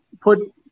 put